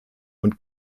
und